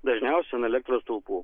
dažniausia ant elektros stulpų